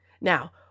Now